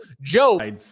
Joe